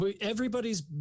everybody's